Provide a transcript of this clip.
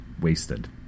wasted